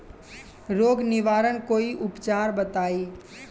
रोग निवारन कोई उपचार बताई?